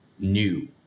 New